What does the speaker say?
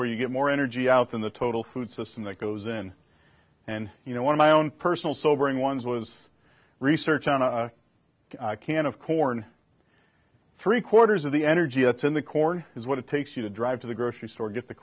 where you get more energy out than the total food system that goes in and you know one of my own personal sobering ones was research on a can of corn three quarters of the energy that's in the corn is what it takes you to drive to the grocery store get the